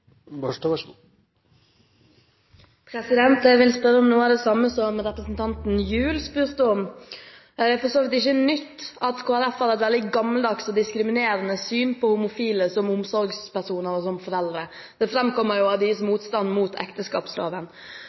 spurte om. Det er for så vidt ikke nytt at Kristelig Folkeparti har et veldig gammeldags og diskriminerende syn på homofile som omsorgspersoner og som foreldre. Det framkommer av deres motstand mot ekteskapsloven.